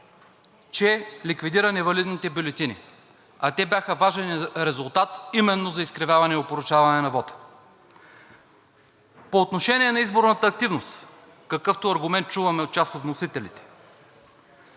че ликвидира невалидните бюлетини, а те бяха важен резултат именно за изкривяване и опорочаване на вота. По отношение на изборната активност, какъвто аргумент чуваме от част от вносителите.